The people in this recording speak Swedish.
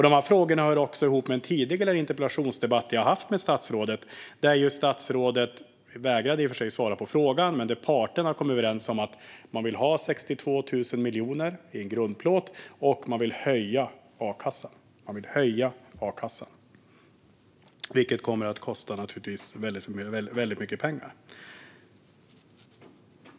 De hör också ihop med en tidigare interpellationsdebatt jag har haft med statsrådet; då vägrade statsrådet i och för sig att svara på frågan, men parterna hade kommit överens om att man vill ha 62 000 miljoner i en grundplåt och att man vill höja a-kassan, vilket naturligtvis kommer att kosta väldigt mycket pengar.